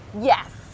Yes